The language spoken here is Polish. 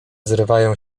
zrywają